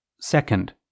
Second